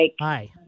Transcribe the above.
Hi